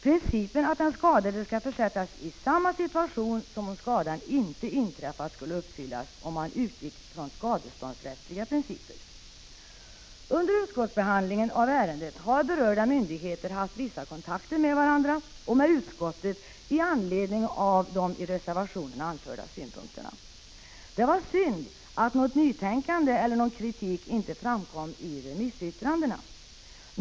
Principen att den skadade skall försättas i samma situation som om skadan inte inträffat skulle uppfyllas, om man utgick från skadeståndsrättsliga principer. Under utskottsbehandlingen av ärendet har berörda myndigheter haft vissa kontakter med varandra och med utskottet i anledning av de i reservationen anförda synpunkterna. Det var synd att något nytänkande eller någon kritik inte framkom i remissyttrandena.